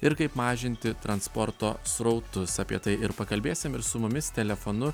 ir kaip mažinti transporto srautus apie tai ir pakalbėsim ir su mumis telefonu